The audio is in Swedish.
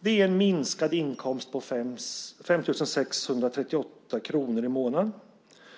Det är en minskad inkomst på 5 658 kr i månaden.